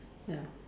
ya